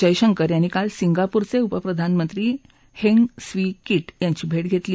जयशंकर यांनी काल सिंगापूरच उपप्रधानमंत्री हेंग स्वी किट यांची भटीघट्तली